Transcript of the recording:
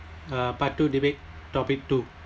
uh part two debate topic two